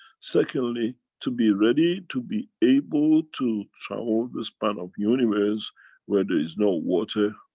secondly to be ready to be able to travel the span of universe where there is no water,